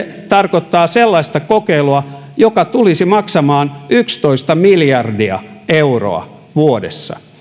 tarkoittaa sellaista kokeilua joka tulisi maksamaan yksitoista miljardia euroa vuodessa